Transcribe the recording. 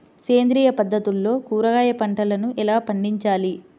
సేంద్రియ పద్ధతుల్లో కూరగాయ పంటలను ఎలా పండించాలి?